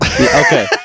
Okay